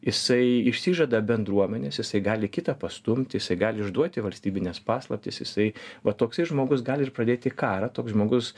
jisai išsižada bendruomenės jisai gali kitą pastumti jisai gali išduoti valstybines paslaptis jisai va toksai žmogus gali ir pradėti karą toks žmogus